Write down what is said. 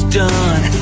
done